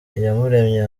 iyamuremye